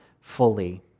fully